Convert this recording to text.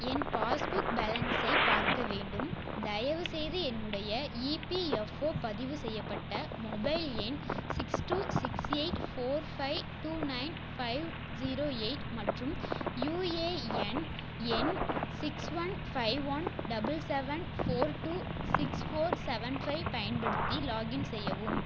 என் passbook பேலன்ஸை பார்க்க வேண்டும் தயவுசெய்து என்னுடைய இபிஎஃப்ஓ பதிவு செய்யப்பட்ட மொபைல் எண் six two six eight four five two nine five zero eight மற்றும் யுஏஎன் எண் six one five one double seven four two six four seven five பயன்படுத்தி லாகின் செய்யவும்